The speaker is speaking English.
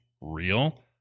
real